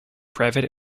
private